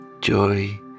joy